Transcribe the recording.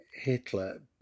Hitler